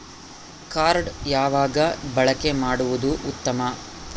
Card ಯಾವಾಗ ಬಳಕೆ ಮಾಡುವುದು ಉತ್ತಮ?